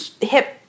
hip